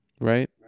Right